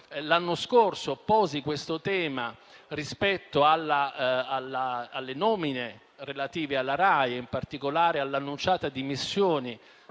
L'anno scorso qui posi questo tema rispetto alle nomine relative alla RAI e in particolare alle annunciate dimissioni